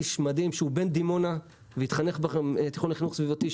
איש מדהים שהוא בן דימונה והתחנך בתיכון לחינוך חברתי,